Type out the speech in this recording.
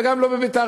וגם לא בביתר-עילית.